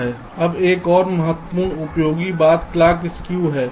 अब एक और महत्वपूर्ण उपयोगी बात क्लॉक स्कू है